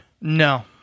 No